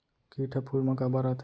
किट ह फूल मा काबर आथे?